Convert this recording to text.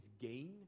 gain